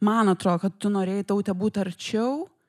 man atrodo kad tu norėja taute būt arčiau